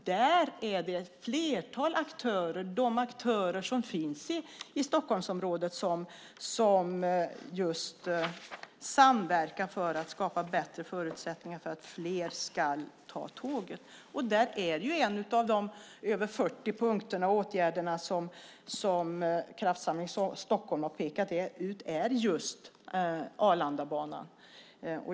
Där samverkar ett flertal aktörer, de aktörer som finns i Stockholmsområdet, för att skapa förutsättningar för att fler ska ta tåget. En av de 40 punkter med åtgärder som Kraftsamling Stockholm har pekat ut är just Arlandabanan.